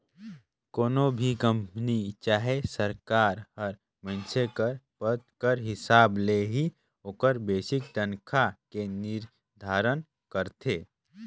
कोनो भी कंपनी चहे सरकार हर मइनसे कर पद कर हिसाब ले ही ओकर बेसिक तनखा के निरधारन करथे